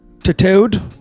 tattooed